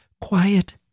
quiet